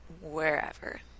wherever